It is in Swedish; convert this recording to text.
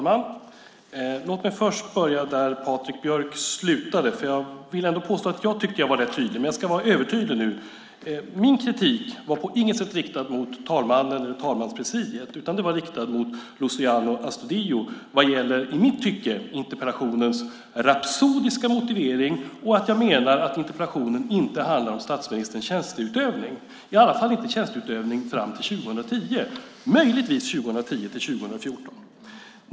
Fru talman! Låt mig börja där Patrik Björck slutade. Jag vill påstå att jag tycker att jag var rätt tydlig. Nu ska jag vara övertydlig. Min kritik var inte på något sätt riktad mot talmannen eller talmanspresidiet. Den var riktad mot Luciano Astudillo vad gäller interpellationens, i mitt tycke, rapsodiska motivering. Jag menar att interpellationen inte handlar om statsministerns tjänsteutövning - i alla fall inte tjänsteutövningen fram till 2010, möjligen 2010-2014.